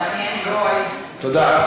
תודה.